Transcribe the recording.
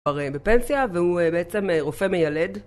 הוא כבר בפנסיה והוא בעצם רופא מילד